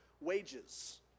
wages